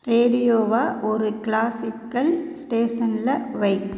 ரேடியோவை ஒரு க்ளாசிக்கல் ஸ்டேசனில் வை